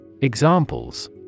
Examples